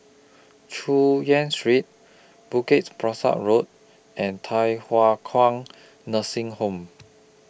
Chu Yen Street Bukit Pasoh Road and Thye Hua Kwan Nursing Home